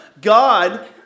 God